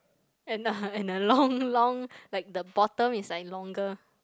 and uh and a long long like the bottom is like longer